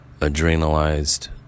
adrenalized